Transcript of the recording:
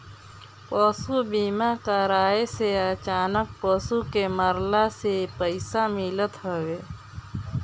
पशु बीमा कराए से अचानक पशु के मरला से पईसा मिलत हवे